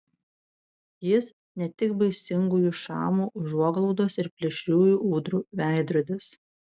jis ne tik baisingųjų šamų užuoglaudos ir plėšriųjų ūdrų veidrodis